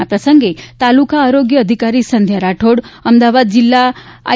આ પ્રસંગે તાલુકા આરોગ્ય અધિકારી સંધ્યા રાઠોડ અમદાવાદ જિલ્લા આઈ